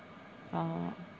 orh